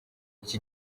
iki